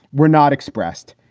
we're not expressed.